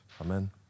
Amen